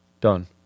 Done